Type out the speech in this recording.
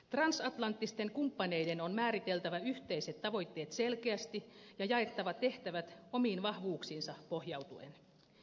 transatlanttisten kumppaneiden on määriteltävä yhteiset tavoitteet selkeästi ja jaettava tehtävät omiin vahvuuksiinsa pohjautuen